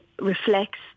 reflects